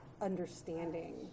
Understanding